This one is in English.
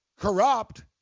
corrupt